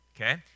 Okay